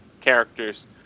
characters